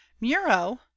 Muro